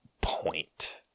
point